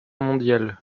mondiale